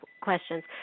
questions